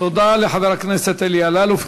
תודה לחבר הכנסת אלי אלאלוף.